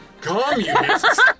communists